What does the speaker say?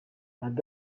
mme